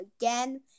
again